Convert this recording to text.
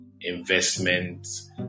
investments